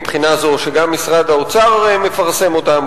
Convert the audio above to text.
מבחינה זו שגם משרד האוצר מפרסם אותם,